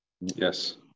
Yes